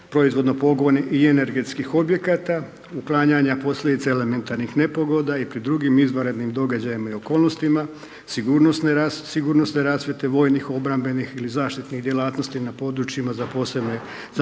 proizvodnog pogon i energetskih objekata, uklanjanja posljedica elementarnih nepogoda i pred drugim izvanrednim događajima i okolnostima, sigurnosne rasvjete, vojnih, obrambenih ili zaštitnih djelatnosti na područjima za potrebe obrane,